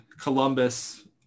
Columbus